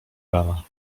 rana